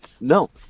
No